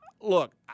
look